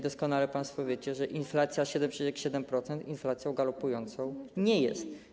Doskonale państwo wiecie, że inflacja 7,7% inflacją galopującą nie jest.